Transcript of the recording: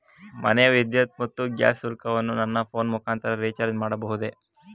ಮನೆಯ ವಿದ್ಯುತ್ ಮತ್ತು ಗ್ಯಾಸ್ ಶುಲ್ಕವನ್ನು ನನ್ನ ಫೋನ್ ಮುಖಾಂತರ ರಿಚಾರ್ಜ್ ಮಾಡಬಹುದೇ?